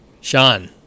Sean